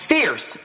Fierce